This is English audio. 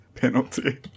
penalty